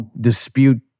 dispute